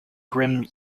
grim